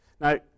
Now